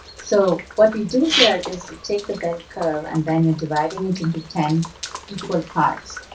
so what we do here is you take the bell curve and then you're dividing it into ten equal parts.